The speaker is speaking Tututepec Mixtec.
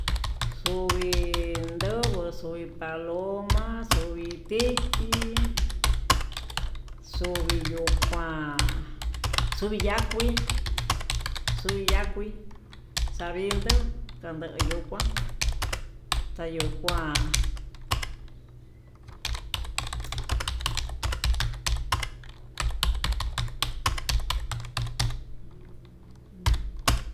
Xuvii nduju xuvii paloma, xuvii tiki, xuvii yuu kuan, xuvii ya'a kuii, xuvii ya'a kuii xavindo kayuu yukuá xayukuan jun.